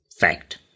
Fact